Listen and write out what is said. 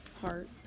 heart